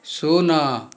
ଶୂନ